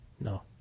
No